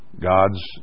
God's